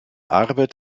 arbeit